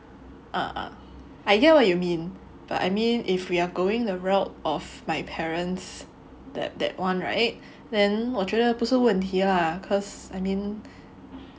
err I get what you mean but I mean if we're going the route of my parents that that one right then 我觉得不是问题 lah cause I mean